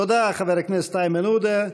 תודה, חבר הכנסת איימן עודה.